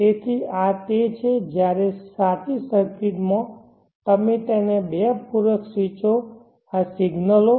તેથી આ તે છે જયારે સાચી સર્કિટ માં તમે તેને બે પૂરક સ્વીચો આ સિગ્નલો